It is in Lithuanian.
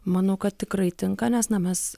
manau kad tikrai tinka nes na mes